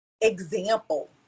example